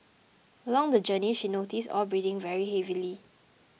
along the journey she noticed Aw breathing very heavily